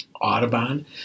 Audubon